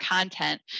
content